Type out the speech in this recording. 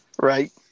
Right